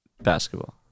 basketball